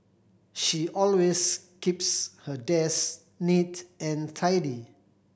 she always keeps her desk neat and tidy